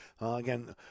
Again